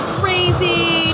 crazy